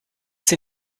sie